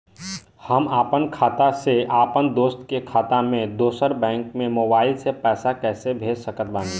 हम आपन खाता से अपना दोस्त के खाता मे दोसर बैंक मे मोबाइल से पैसा कैसे भेज सकत बानी?